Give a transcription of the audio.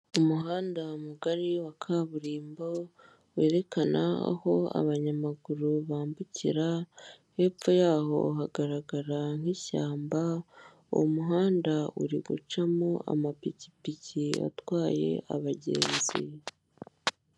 Umuhanda mugari wa kaburimbo werekana aho abanyamaguru bambukira, hepfo yaho hagaragara nk'ishyamba uwo muhanda urugucamo amapikipiki atwaye abagenzi.